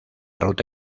ruta